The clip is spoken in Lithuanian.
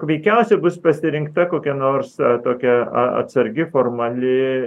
veikiausiai bus pasirinkta kokia nors tokia atsargi formali